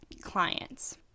clients